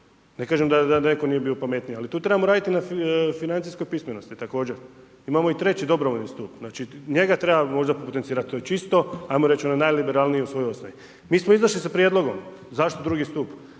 Ne kažem da netko nije bio pametniji, ali tu trebamo raditi na financijskoj pismenosti također. Imamo i treći dobrovoljni stup, njega treba možda potencirat, to je čisto ono najliberalnije u svojoj osnovi. Mi smo izašli sa prijedlogom, zašto II. stup?